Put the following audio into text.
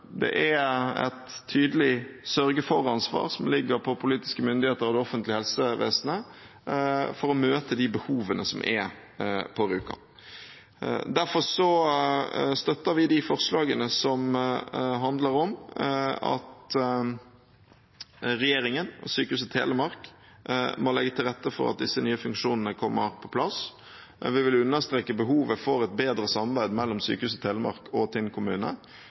Det er et tydelig sørge-for-ansvar som ligger på politiske myndigheter og det offentlige helsevesenet for å møte de behovene som er på Rjukan. Derfor støtter vi de forslagene som handler om at regjeringen og Sykehuset Telemark må legge til rette for at disse nye funksjonene kommer på plass. Vi vil understreke behovet for et bedre samarbeid mellom Sykehuset Telemark og Tinn kommune.